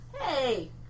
Hey